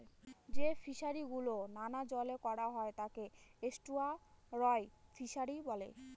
যে ফিশারি গুলো নোনা জলে করা হয় তাকে এস্টুয়ারই ফিশারি বলে